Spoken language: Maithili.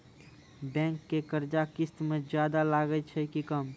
बैंक के कर्जा किस्त मे ज्यादा लागै छै कि कम?